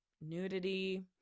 nudity